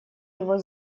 его